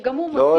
שגם הוא משיק